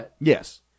Yes